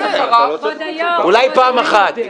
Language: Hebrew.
אולי פעם אחת.